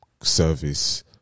service